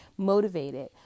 motivated